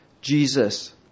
Jesus